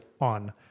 on